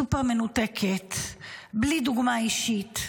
סופר-מנותקת, בלי דוגמא אישית,